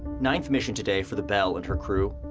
ninth mission today for the belle and her crew.